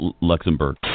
Luxembourg